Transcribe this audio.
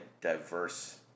diverse